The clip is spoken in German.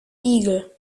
igel